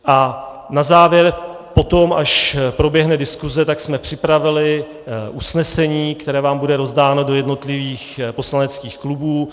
A na závěr potom, až proběhne diskuse, jsme připravili usnesení, které vám bude rozdáno do jednotlivých poslaneckých klubů.